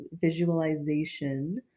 visualization